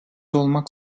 olmak